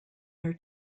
your